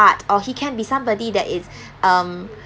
art or he can be somebody that is um